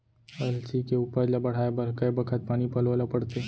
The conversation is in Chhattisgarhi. अलसी के उपज ला बढ़ए बर कय बखत पानी पलोय ल पड़थे?